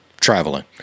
traveling